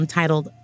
titled